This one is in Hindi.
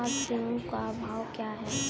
आज गेहूँ का भाव क्या है?